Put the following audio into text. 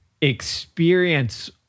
experience